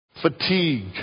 fatigue